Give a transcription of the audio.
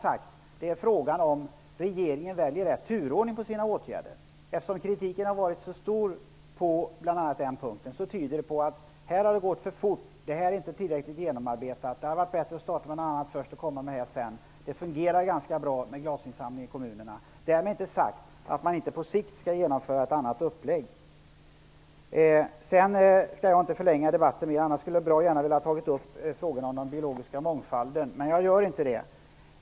Jag har sagt att regeringen måste välja rätt turordning på sina åtgärder. Att kritiken har varit så stor just på den punkten tyder på att detta har gått för fort och inte är tillräckligt genomarbetat. Det hade varit bättre att starta med något annat först och komma med detta sedan. Glasinsamlingen i kommunerna fungerar ganska bra. Därmed är inte sagt att man inte på sikt skall genomföra ett annat upplägg. Jag skall inte förlänga debatten, men jag skulle bra gärna ha velat ta upp frågan om den biologiska mångfalden.